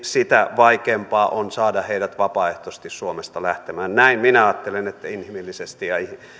sitä vaikeampaa on saada heidät vapaaehtoisesti suomesta lähtemään minä ajattelen että inhimillisesti